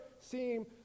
seem